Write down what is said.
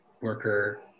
worker